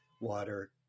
water